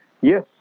yes